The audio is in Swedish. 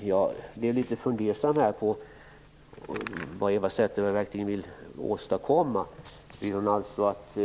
Jag är litet fundersam över vad Eva Zetterberg egentligen vill åstadkomma. Vill hon alltså att